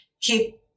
keep